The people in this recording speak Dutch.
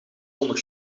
zonder